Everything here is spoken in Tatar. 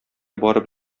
барып